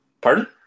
Pardon